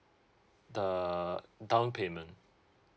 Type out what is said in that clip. the down payment